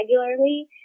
regularly